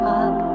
up